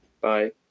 Bye